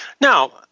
Now